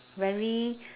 very